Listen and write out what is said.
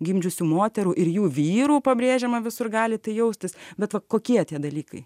gimdžiusių moterų ir jų vyrų pabrėžiama visur galite jaustis bet va kokie tie dalykai